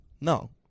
No